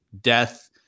death